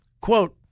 Quote